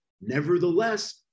Nevertheless